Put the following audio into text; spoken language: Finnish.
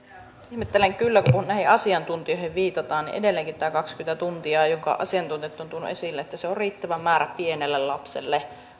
ihmettelen kyllä tätä kun näihin asiantuntijoihin viitataan niin edelleenkin on tämä kaksikymmentä tuntia mistä asiantuntijat ovat tuoneet esille että se on riittävä määrä pienelle lapselle